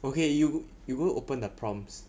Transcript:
okay you you go open the prompts